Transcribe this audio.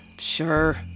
sure